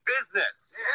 business